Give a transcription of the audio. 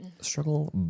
Struggle